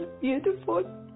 beautiful